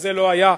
וזה לא היה,